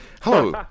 Hello